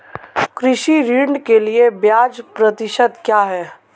कृषि ऋण के लिए ब्याज प्रतिशत क्या है?